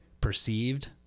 perceived